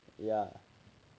ya